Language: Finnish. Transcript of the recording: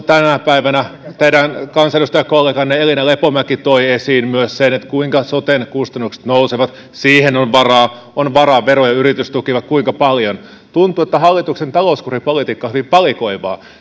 tänä päivänä teidän kansanedustajakolleganne elina lepomäki muun muassa toi esiin myös sen kuinka soten kustannukset nousevat siihen on varaa on varaa vero ja yritystukiin vaikka kuinka paljon tuntuu että hallituksen talouskuripolitiikka on hyvin valikoivaa